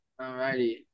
Alrighty